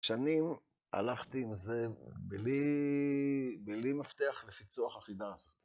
שנים הלכתי עם זה בלי מפתח לפיצוח החידה הזאת.